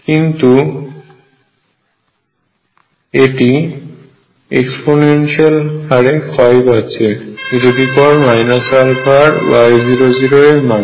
কিন্তু এটি এক্সপোনেনশিয়াল হারে ক্ষয় পাচ্ছে e αrY00 এর মানে